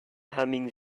humming